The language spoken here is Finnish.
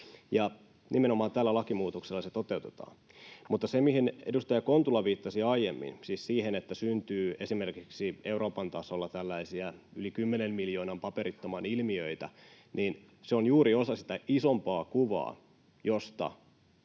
Nimenomaan tällä lakimuutoksella se toteutetaan. Mutta se, että edustaja Kontula viittasi aiemmin siihen, että syntyy esimerkiksi Euroopan tasolla tällaisia yli kymmenen miljoonan paperittoman ilmiöitä, on juuri osa sitä isompaa kuvaa, josta